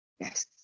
Yes